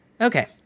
Okay